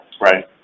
Right